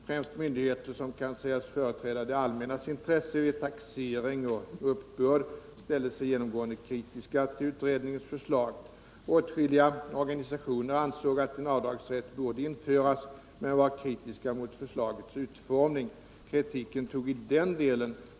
Främst myndigheter som kan sägas företräda det allmännas intresse vid taxering och uppbörd ställde sig genomgående kritiska till utredningens förslag. Åtskilliga organisationer ansåg att en avdragsrätt borde införas, men var kritiska mot förslagets utformning. Kritiken tog i denna del!